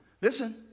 Listen